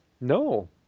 No